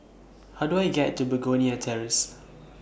How Do I get to Begonia Terrace